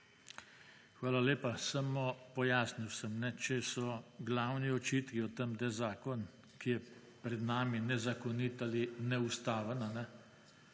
(nadaljevanje) Samo pojasnil sem. Če so glavni očitki o tem, da je zakon, ki je pred nami, nezakonit ali neustaven,